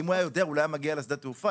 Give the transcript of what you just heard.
אם הוא היה יודע הוא לא היה מגיע לשדה התעופה,